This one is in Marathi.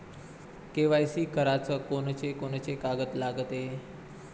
के.वाय.सी कराच कोनचे कोनचे कागद लागते?